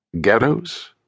Ghettos